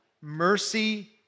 Mercy